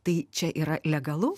tai čia yra legalu